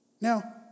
Now